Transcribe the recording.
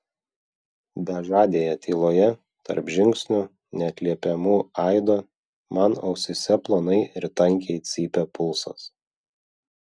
bežadėje tyloje tarp žingsnių neatliepiamų aido man ausyse plonai ir tankiai cypė pulsas